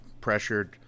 pressured